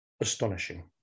astonishing